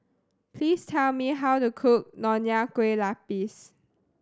please tell me how to cook Nonya Kueh Lapis